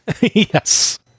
Yes